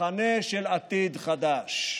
מחנה של עתיד חדש.